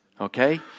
Okay